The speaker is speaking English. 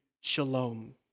shalom